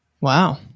Wow